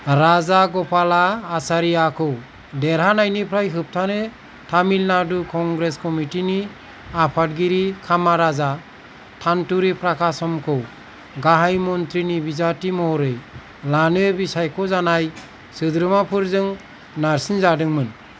राजागपाला आचारियाखौ देरहानायनिफ्राय होबथानो तामिलनादु कंग्रेस कमिटिनि आफादगिरि कामाराजा तान्तुरि प्राकासमखौ गाहाय मन्थ्रिनि बिजाथि महरै लानो बिसायख'जानाय सोद्रोमाफोरजों नारसिनजादोंमोन